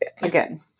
again